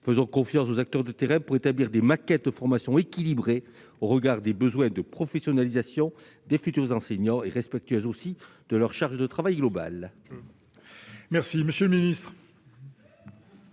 Faisons confiance aux acteurs de terrain pour établir des maquettes de formation équilibrées au regard des besoins de professionnalisation des futurs enseignants et respectueuses de leur charge de travail globale. Quel est l'avis